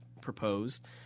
proposed